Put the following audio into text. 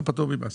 אתה פטור ממס.